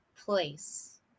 place